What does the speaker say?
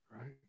right